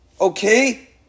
Okay